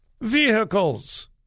vehicles